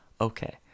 Okay